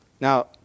Now